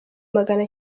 magana